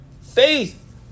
faith